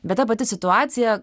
bet ta pati situacija